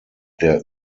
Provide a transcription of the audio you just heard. der